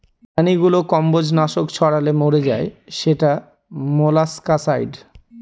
প্রাণীগুলো কম্বজ নাশক ছড়ালে মরে যায় সেটা মোলাস্কাসাইড